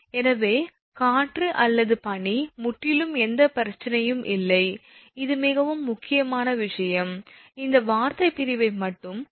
எனவே காற்று அல்லது பனி முற்றிலும் எந்த பிரச்சனையும் இல்லை இது மிகவும் எளிமையான விஷயம் இந்த வார்த்தைப் பிரிவை மட்டும் கவனமாகப் பார்க்கவும்